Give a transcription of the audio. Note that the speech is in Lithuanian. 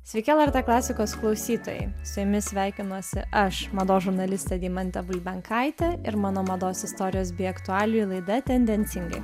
sveiki lrt klasikos klausytojai su jumis sveikinuosi aš mados žurnalistė deimantė bulbenkaitė ir mano mados istorijos bei aktualijų laida tendencingai